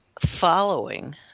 following